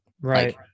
Right